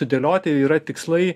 sudėlioti yra tikslai